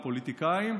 הפוליטיקאים,